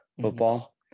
football